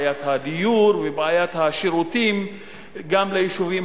בעיית הדיור ובעיית השירותים גם ליישובים